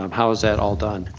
um how is that all done?